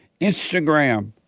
Instagram